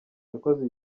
yakoze